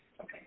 Okay